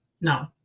No